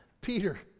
Peter